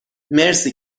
مرسی